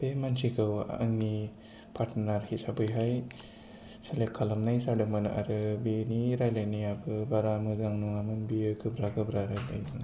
बे मानसिखौ आंनि पार्तनार हिसाबैहाय सेलेक्ट खालामनाय जादोंमोन आरो बेनि राइज्लायनायाबो बारा मोजां नङामोन बियो गोब्रा गोब्रा राइलायोमोन